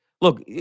look